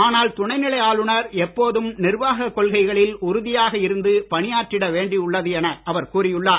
ஆனால் துணை நிலை ஆளுநர் எப்போதும் நிர்வாக கொள்கைகளில் உறுதியாக இருந்து பணியாற்றி வேண்டி உள்ளது என அவர் கூறி உள்ளார்